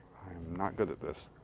not good at this.